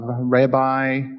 Rabbi